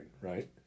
right